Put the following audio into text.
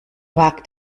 wagt